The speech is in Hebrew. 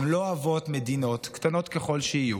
הן לא אוהבות מדינות, קטנות ככל שיהיו